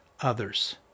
others